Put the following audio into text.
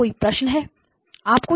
क्या कोई प्रश्न है